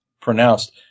pronounced